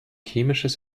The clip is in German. chemisches